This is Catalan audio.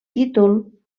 títol